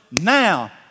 now